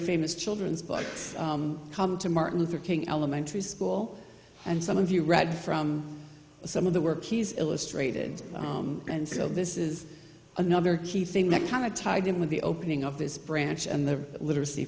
famous children's books come to martin luther king elementary school and some of you read from some of the work he's illustrated and so this is another key thing that kind of tied in with the opening of this branch and the literacy